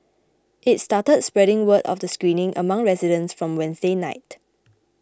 it started spreading word of the screening among residents from Wednesday night